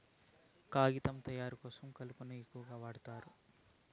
కాగితం తయారు కోసం కలపను ఎక్కువగా వాడుతారు